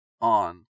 on